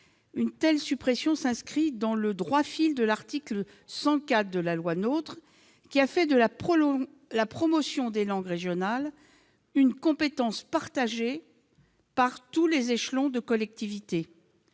Une telle suppression s'inscrit dans le droit fil de l'article 104 de la loi NOTRe, qui a fait de la promotion des langues régionales une compétence partagée par tous les échelons de collectivités.